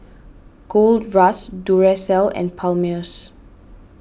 Gold Roast Duracell and Palmer's